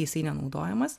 jisai nenaudojamas